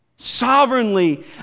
Sovereignly